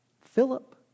Philip